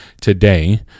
today